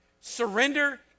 Surrender